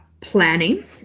planning